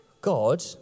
God